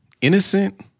Innocent